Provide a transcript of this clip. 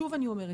שוב אני אומרת,